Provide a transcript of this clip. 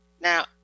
Now